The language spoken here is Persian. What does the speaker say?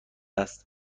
است